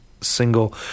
single